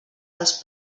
els